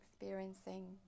experiencing